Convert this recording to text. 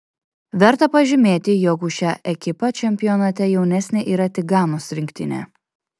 verta pažymėti jog už šią ekipą čempionate jaunesnė yra tik ganos rinktinė